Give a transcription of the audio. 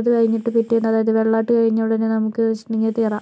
അതുകഴിഞ്ഞിട്ട് പിറ്റേന്ന് അതായത് വെള്ളാട്ട് കഴിഞ്ഞയുടനെ നമുക്ക് വെച്ചിട്ടുണ്ടെങ്കിൽ തിറ